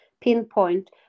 pinpoint